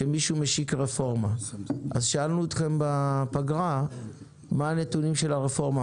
שמישהו משיק רפורמה ושאלנו אתכם בפגרה מה הנתונים של הרפורמה,